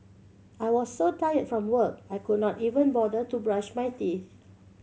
I was so tired from work I could not even bother to brush my teeth